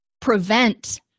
prevent